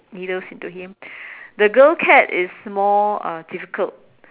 needles into him the girl cat is more uh difficult